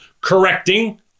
correcting